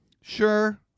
Sure